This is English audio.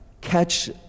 catch